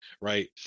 right